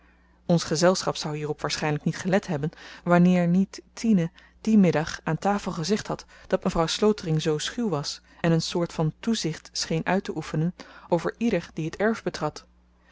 ons gezelschap zou hierop waarschynlyk niet gelet hebben wanneer niet tine dien middag aan tafel gezegd had dat mevrouw slotering zoo schuw was en een soort van toezicht scheen uitteoefenen over ieder die t erf betrad